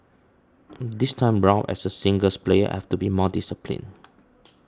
this time round as a singles player I have to be more disciplined